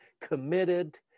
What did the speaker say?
committed